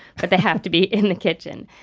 but they have to be in the kitchen.